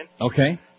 Okay